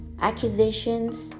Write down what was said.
accusations